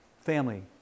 family